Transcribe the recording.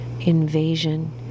invasion